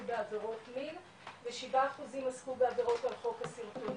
בעבירות מין ו-7 אחוזים עסקו בעבירות על חוק הסרטונים,